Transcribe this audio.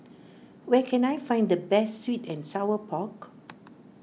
where can I find the best Sweet and Sour Pork